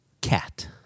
cat